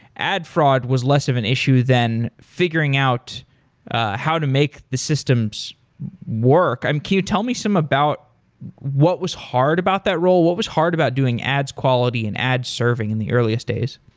ad fraud was less of an issue than figuring out how to make the systems work. can you tell me some about what was hard about that role? what was hard about doing ads quality and ad serving and the earliest days?